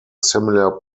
similar